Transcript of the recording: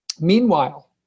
Meanwhile